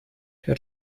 der